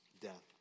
death